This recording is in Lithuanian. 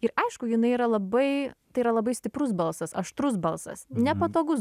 ir aišku jinai yra labai tai yra labai stiprus balsas aštrus balsas nepatogus